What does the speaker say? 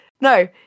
no